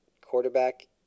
quarterback